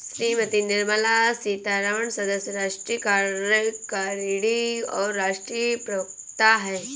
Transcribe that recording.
श्रीमती निर्मला सीतारमण सदस्य, राष्ट्रीय कार्यकारिणी और राष्ट्रीय प्रवक्ता हैं